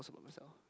about myself